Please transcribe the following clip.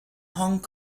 hong